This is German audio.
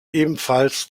ebenfalls